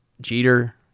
Jeter